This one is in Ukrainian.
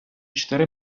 чотири